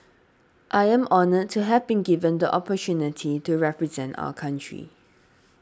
I am honoured to have been given the opportunity to represent our country